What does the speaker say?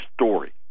story